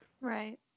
right